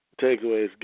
Takeaways